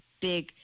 big